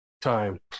time